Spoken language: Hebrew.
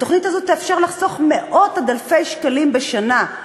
התוכנית הזאת תאפשר לחסוך מאות עד אלפי שקלים בשנה.